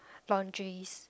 laundries